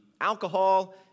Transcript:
alcohol